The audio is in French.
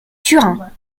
turin